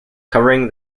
covering